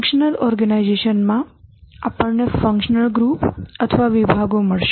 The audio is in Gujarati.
ફંક્શનલ ઓર્ગેનાઇઝેશન માં આપણને ફંક્શનલ ગ્રુપ અથવા વિભાગો મળશે